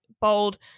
bold